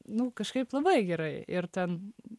nu kažkaip labai gerai ir ten